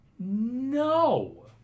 no